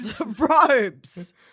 Robes